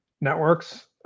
networks